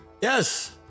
yes